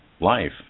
life